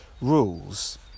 rules